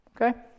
okay